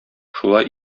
шулай